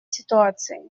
ситуации